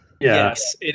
Yes